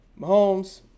Mahomes